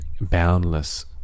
boundless